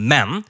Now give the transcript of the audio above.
Men